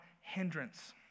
hindrance